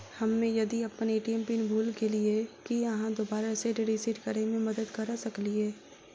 हम्मे यदि अप्पन ए.टी.एम पिन भूल गेलियै, की अहाँ दोबारा सेट रिसेट करैमे मदद करऽ सकलिये?